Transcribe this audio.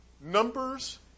Numbers